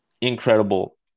Incredible